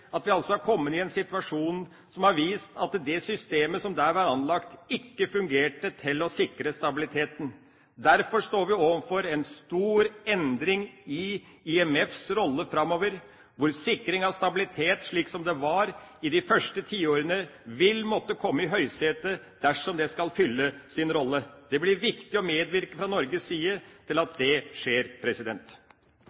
at vi har kommet i en situasjon som har vist at det systemet som der var anlagt, ikke fungerte til å sikre stabiliteten. Derfor står vi overfor en stor endring i IMFs rolle framover, hvor sikring av stabilitet, slik som det var i de første tiårene, vil måtte komme i høysetet dersom det skal fylle sin rolle. Det blir viktig å medvirke fra Norges side til at